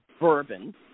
bourbon